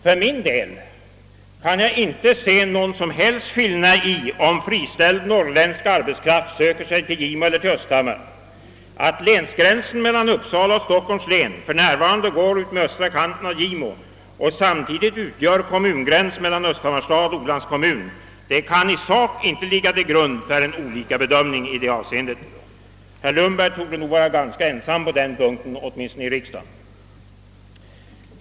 För min del kan jag inte se någon som helst skillnad i om friställd norrländsk arbetskraft söker sig till Gimo eller till Östhammar. Att länsgränsen mellan Uppsala och Stockholms län för närvarande går utmed östra kanten av Gimo och samtidigt utgör kommungräns mellan Östhammars stad och Olands kommun kan i sak inte ligga till grund för en annan bedömning i det avseendet. Herr Lundberg torde nog vara ganska ensam om den uppfattningen åtminstone här i riksdagen.